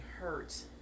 hurt